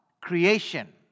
Creation